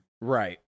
Right